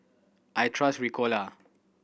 I trust Ricola